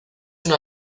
una